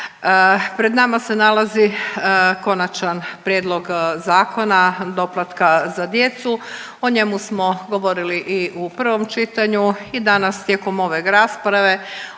Pred nama se nalazi konačan prijedlog zakona doplatka za djecu, o njemu smo govorili i u prvom čitanju i danas tijekom ove rasprave.